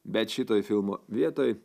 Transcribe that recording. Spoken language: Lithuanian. bet šitoj filmo vietoj